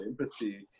empathy